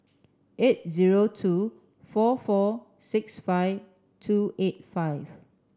eight zero two four four six five two eight five